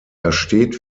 ersteht